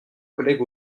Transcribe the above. collègue